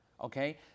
Okay